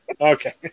Okay